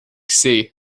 sea